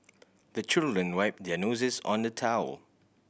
the children wipe their noses on the towel